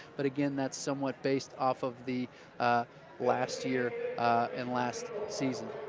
but again, that's somewhat based off of the last year and last season.